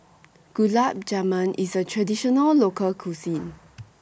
Gulab Jamun IS A Traditional Local Cuisine